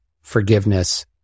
forgiveness